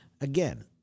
Again